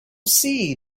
see